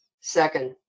Second